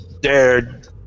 dared